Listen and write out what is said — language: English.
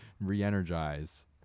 re-energize